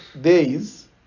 days